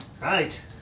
Right